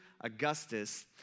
Augustus